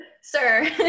sir